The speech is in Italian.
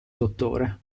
dottore